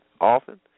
often